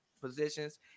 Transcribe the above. positions